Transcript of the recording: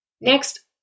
Next